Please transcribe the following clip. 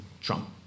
Trump